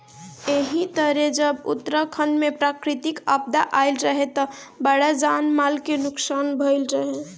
एही तरे जब उत्तराखंड में प्राकृतिक आपदा आईल रहे त बड़ा जान माल के नुकसान भईल रहे